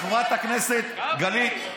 חברת הכנסת גלית,